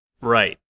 Right